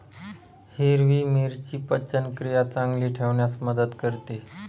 हिरवी मिरची पचनक्रिया चांगली ठेवण्यास मदत करते